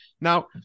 Now